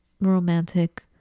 Romantic